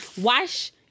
Wash